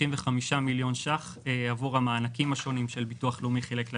מיליון ש"ח עבור המענקים השונים שביטוח לאומי חילק לאזרחים: